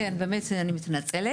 כן, באמת אני מתנצלת.